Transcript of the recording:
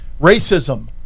racism